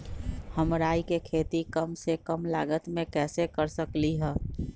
हम राई के खेती कम से कम लागत में कैसे कर सकली ह?